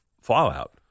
fallout